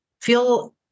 feel